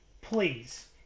please